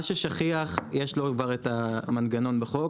מה ששכיח יש לו כבר המנגנון בחוק.